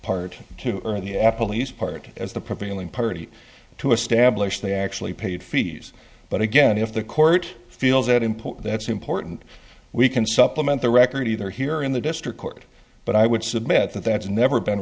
part to earn the epiphanies part as the prevailing party to establish they actually paid fees but again if the court feels it important that's important we can supplement the record either here in the district court but i would submit that that's never been